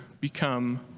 become